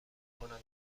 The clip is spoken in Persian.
کنندگان